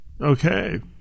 Okay